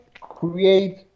create